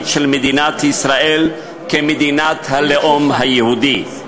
של מדינת ישראל כמדינת הלאום היהודי.